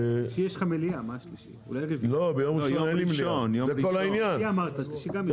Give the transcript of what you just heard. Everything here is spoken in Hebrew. אם לא ראשון הזה, ראשון הבא, אבל נסיים את זה.